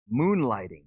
Moonlighting